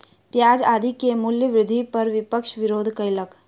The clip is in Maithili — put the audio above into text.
प्याज आदि के मूल्य वृद्धि पर विपक्ष विरोध कयलक